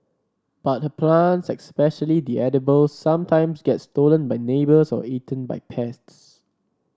but her plants especially the edibles sometimes get stolen by neighbours or eaten by pests